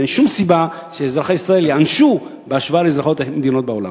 ואין שום סיבה שאזרחי ישראל ייענשו בהשוואה לאזרחי מדינות בעולם.